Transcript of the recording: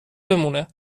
بمانه